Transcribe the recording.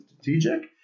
strategic